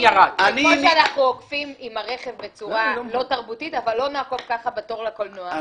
כמו שאנחנו עוקפים עם הרכב בצורה לא תרבותית אבל לא נעקוף בתור לקולנוע.